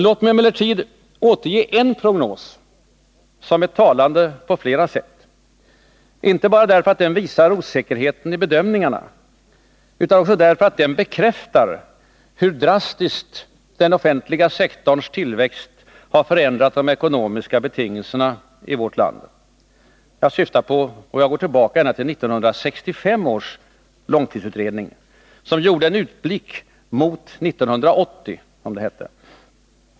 Låt mig emellertid återge en prognos som är talande på flera sätt, inte bara därför att den visar osäkerheten i bedömningarna utan också därför att den bekräftar hur drastiskt den offentliga sektorns tillväxt har förändrat de ekonomiska betingelserna i vårt land. Jag går tillbaka ända till 1965 års långtidsutredning, som gjorde en utblick mot 1980, som det hette.